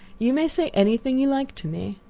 you may say anything you like to me.